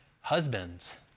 Husbands